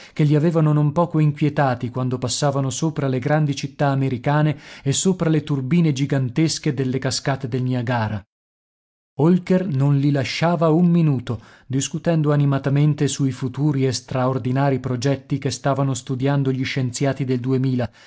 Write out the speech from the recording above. che li avevano non poco inquietati quando passavano sopra le grandi città americane e sopra le turbine gigantesche delle cascate del niagara holker non li lasciava un minuto discutendo animatamente sui futuri e straordinari progetti che stavano studiando gli scienziati del duemila